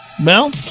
Mel